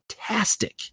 fantastic